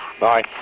Bye